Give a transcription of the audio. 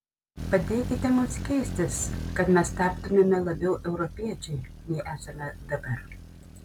padėkite mums keistis kad mes taptumėme labiau europiečiai nei esame dabar